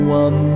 one